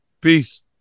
peace